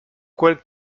quel